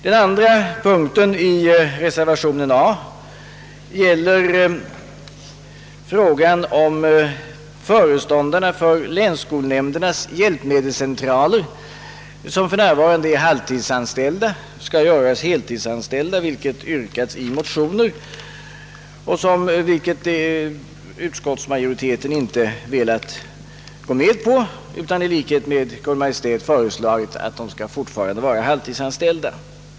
Den andra reservationen under A gäller föreståndarna för länsskolnämndernas hjälpmedelscentraler. Föreståndarna är för närvarande halvtidsanställda, men i motioner har det yrkats att de skall bli heltidsanställda. Detta har inte utskottsmajoriteten velat gå med på, utan den har i likhet med Kungl. Maj:t föreslagit att de fortfarande skall vara halvtidsanställda.